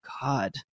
God